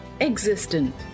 existent